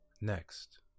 next